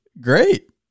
great